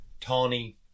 Tawny